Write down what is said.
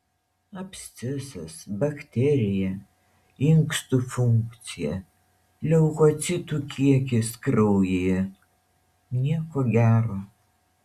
abscesas bakterija inkstų funkcija leukocitų kiekis kraujyje nieko gero